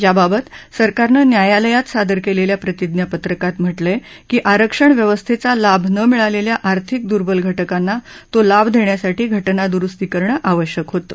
याबाबत सरकारनं न्यायालयात सादर केलेल्या प्रतिज्ञापत्रकात म्हटलंय की आरक्षण व्यवस्थेचा लाभ न मिळालेल्या आर्थिक दर्बल घटकांना तो लाभ देण्यासाठी घटना दरुस्ती करणं आवश्यक होतं